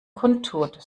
kundtut